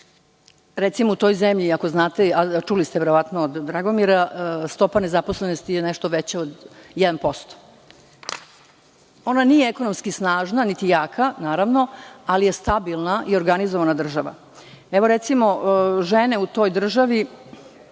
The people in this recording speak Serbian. u toj zemlji, ako znate, a čuli ste verovatno od Dragomira, stopa nezaposlenosti je nešto veća od 1%. Ona nije ekonomski snažna, niti jaka, naravno, ali je stabilna i organizovana država. Žene u toj državi